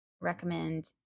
recommend